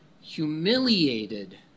humiliated